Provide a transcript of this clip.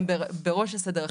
הם בראש הסדר החברתי.